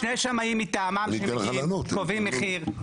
שני שמאים מטעמם מגיעים וקובעים מחיר.